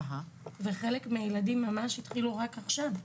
חלק מהילדים התחילו רק עכשיו.